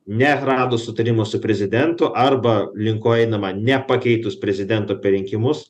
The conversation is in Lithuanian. neradus sutarimo su prezidentu arba link ko einama nepakeitus prezidento per rinkimus